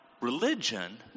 religion